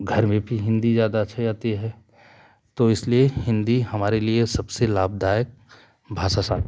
घर में भी हिंदी ज्यादा अच्छे से आती है तो इस लिए हिंदी हमारे लिए सबसे लाभदायक भाषा